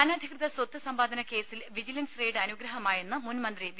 അനധികൃത സ്വത്ത് സമ്പാദന കേസിൽ വിജിലൻസ് റെയ്ഡ് അനുഗ്രഹമായെന്ന് മുൻ മന്ത്രി വി